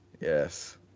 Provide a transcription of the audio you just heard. Yes